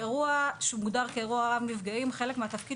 באירוע שמוגדר כאירוע רב נפגעים חלק מן התפקיד